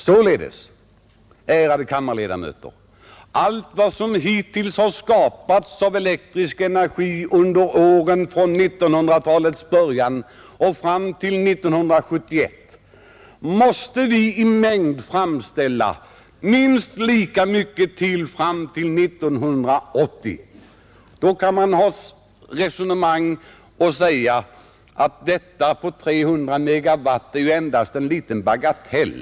Eller, med andra ord, minst lika mycket som vi hittills har producerat av elektrisk energi från 1900-talets början fram till 1971 måste vi producera till år 1980. Nu kan man säga att de 300 megawatt som det här är fråga om ju bara är en bagatell.